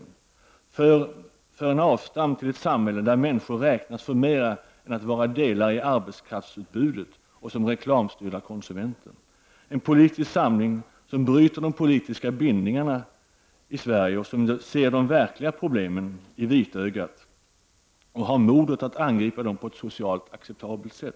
Det behövs en politisk samling för att få ett avstamp för ett samhälle där människor räknas förmer än att vara delar i arbetskraftsutbudet och som reklamstyrda konsumenter, som bryter de politiska bindningarna i Sverige och som ser de verkliga problemen i vitögat och har modet att angripa dem på ett socialt acceptabelt sätt.